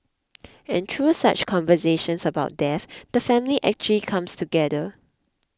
and through such conversations about death the family actually comes together